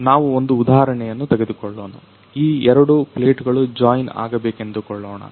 ನಾವು ಒಂದು ಉದಾಹರಣೆಯನ್ನು ತೆಗೆದುಕೊಳ್ಳೋಣ ಈ ಎರಡು ಪ್ಲೇಟ್ ಗಳು ಜಾಯಿನ್ ಆಗಬೇಕೆಂದುಕೊಳ್ಳೋಣ